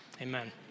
Amen